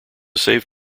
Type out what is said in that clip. save